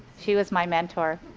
she was my mentor.